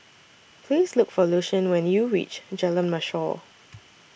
Please Look For Lucien when YOU REACH Jalan Mashor